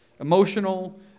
Emotional